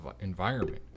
environment